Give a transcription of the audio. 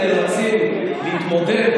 אני גאה ושמח שאנחנו נאלצים להתמודד